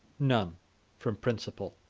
none from principle.